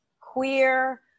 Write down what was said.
queer